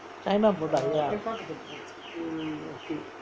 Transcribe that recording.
china product ya